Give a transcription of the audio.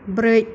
ब्रै